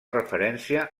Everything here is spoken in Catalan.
referència